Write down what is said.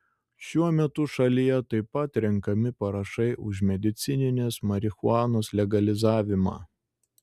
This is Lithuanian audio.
šiuo metu šalyje taip pat renkami parašai už medicininės marihuanos legalizavimą